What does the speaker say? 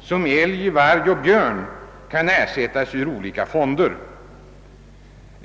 såsom älg, varg och björn, kan ersättas ur olika fonder.